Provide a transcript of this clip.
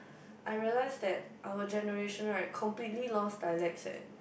I realise that our generation right completely lost dialects eh